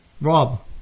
Rob